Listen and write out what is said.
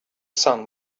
sun